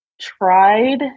tried